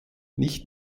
nicht